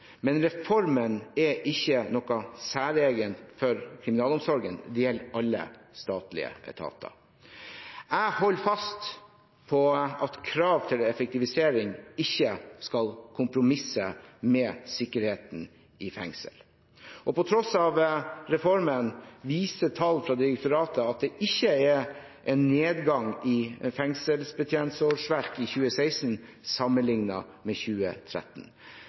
men reformen er ikke noe særegent for kriminalomsorgen; den gjelder alle statlige etater. Jeg holder fast på at krav til effektivisering ikke skal kompromisse med sikkerheten i fengsel, og på tross av reformen viser tall fra direktoratet at det ikke er en nedgang i fengselsbetjentårsverk i 2016, sammenlignet med 2013.